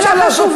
זו שאלה חשובה.